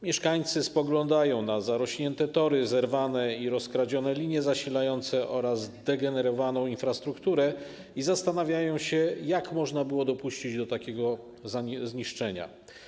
Mieszkańcy spoglądają na zarośnięte tory, zerwane i rozkradzione linie zasilające oraz zdegenerowaną infrastrukturę i zastanawiają się, jak można było dopuścić do takiego zniszczenia.